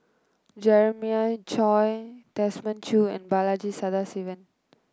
Jeremiah Choy Desmond Choo and Balaji Sadasivan